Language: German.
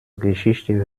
geschichte